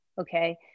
Okay